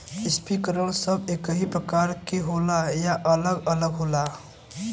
Sprinkler सब एकही प्रकार के होला या अलग अलग होला?